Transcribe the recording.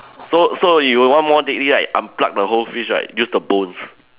so so you want more deadly right unpluck the whole fish right use the bones